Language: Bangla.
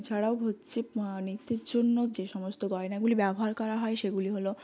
এছাড়াও হচ্ছে নৃত্যের জন্য যে সমস্ত গয়নাগুলি ব্যবহার করা হয় সেগুলি হল